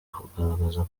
kugaragaza